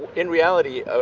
in reality,